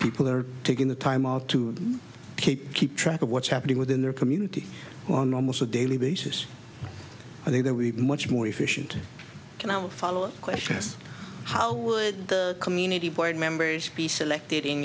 people are taking the time out to keep keep track of what's happening within their community on almost a daily basis i think there would be much more efficient and i would follow up question how would community board members be selected in